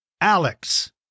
Alex